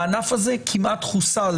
הענף הזה כמעט חוסל,